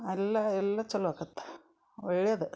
ಅಲ್ಲಿ ಎಲ್ಲ ಚಲೋ ಆಗತ್ತ ಒಳ್ಳೇದ